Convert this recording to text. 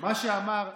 מה שאמר נתניהו,